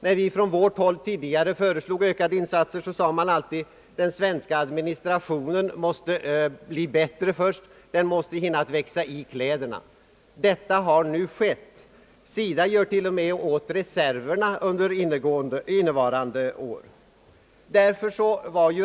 När vi från vårt håll tidigare föreslog ökade insatser, sade man alltid: »Den svenska administrationen måste bli bättre först — den måste hinna att växa i kläderna.» Detta har nu skett. SIDA måste till och med förbruka alla reserverna innevarande år.